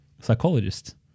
psychologist